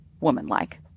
woman-like